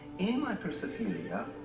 in my persophilia,